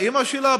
באימא שלה?